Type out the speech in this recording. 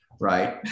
right